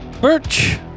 Birch